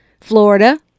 Florida